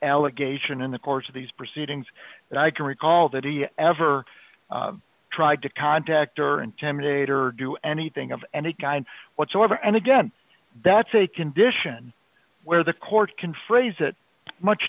allegation in the course of these proceedings that i can recall that he ever tried to contact or intimidate or do anything of any kind whatsoever and again that's a condition where the court can phrase it much